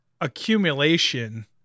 accumulation